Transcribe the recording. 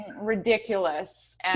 ridiculous